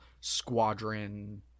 squadron